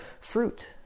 fruit